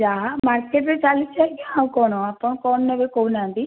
ଯାହା ମାର୍କେଟ୍ରେ ଚାଲିଛି ଆଜ୍ଞା ଆଉ କଣ ଆପଣ କଣ ନେବେ କହୁନାହାନ୍ତି